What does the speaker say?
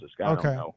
Okay